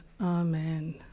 amen